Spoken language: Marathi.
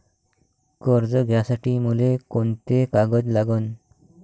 कर्ज घ्यासाठी मले कोंते कागद लागन?